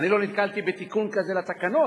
אני לא נתקלתי בתיקון כזה לתקנון.